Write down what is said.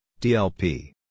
DLP